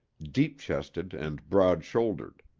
deep chested and broad shouldered.